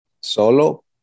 Solo